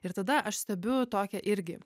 ir tada aš stebiu tokią irgi